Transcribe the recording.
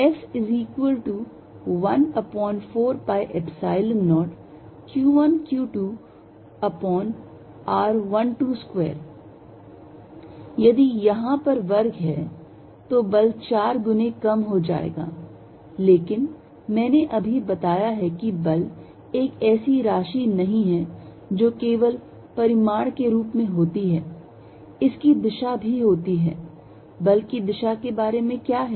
F14π0q1q2r122 यदि यहां पर वर्ग हैतो बल चार गुने कम हो जाएगा लेकिन मैंने अभी बताया की बल एक ऐसी राशि नहीं है जो केवल परिमाण के रूप में होती है इसकी दिशा भी होती है बल की दिशा के बारे में क्या है